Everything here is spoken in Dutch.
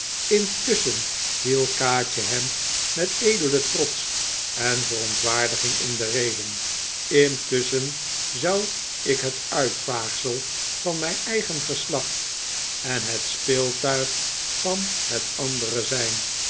intusschen viel kaatje hem met edelen trots en verontwaardiging in de rede intusschen zou ik het uitvaagsel van mijn eigen geslacht en het speeltuig van het andere zijn